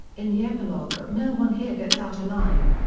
in the epilogue of no one here gets out alive,